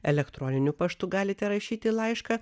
elektroniniu paštu galite rašyti laišką